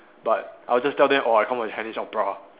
but I'll just tell them oh I come from Chinese opera